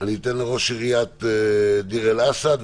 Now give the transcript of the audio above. אני אתן לראש עיריית דיר אל-אסד,